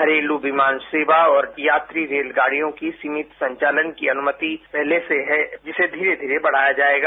घरेलू विमान सेवा और यात्री रेलगाड़ियों के सीमित संचालन की अनुमति पहले से हैं जिसे धीर धीरे बढाया जाएगा